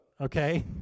okay